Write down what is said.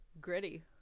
Gritty